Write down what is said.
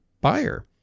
buyer